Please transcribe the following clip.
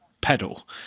pedal